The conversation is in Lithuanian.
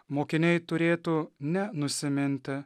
mokiniai turėtų ne nusiminti